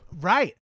Right